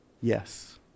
Yes